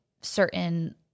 certain